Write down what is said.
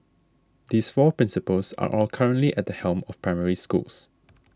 these four principals are all currently at the helm of Primary Schools